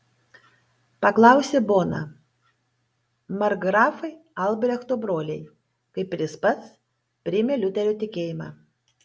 paklausė bona markgrafai albrechto broliai kaip ir jis pats priėmė liuterio tikėjimą